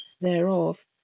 thereof